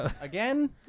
Again